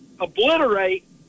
obliterate